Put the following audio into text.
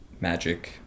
magic